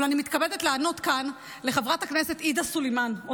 אבל אני מתכבדת לענות כאן לחברת הכנסת עאידה סלימאן,